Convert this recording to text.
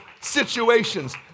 situations